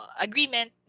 agreement